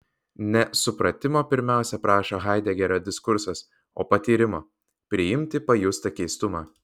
ne supratimo pirmiausia prašo haidegerio diskursas o patyrimo priimti pajustą keistumą